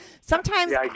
Sometimes-